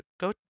go